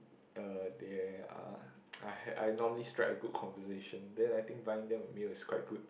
uh they are uh h~ I normally strike a good conversation then I think buying them a meal is quite good